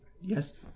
Yes